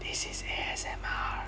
this is A_S_M_R